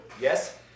Yes